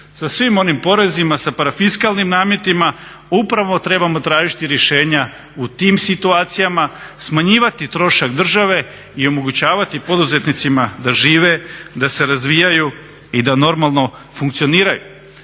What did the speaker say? sa svim onim porezima, sa parafiskalnim nametima upravo trebamo tražiti rješenja u tim situacijama, smanjivati trošak države i omogućavati poduzetnicima da žive, da se razvijaju i da normalno funkcioniraju.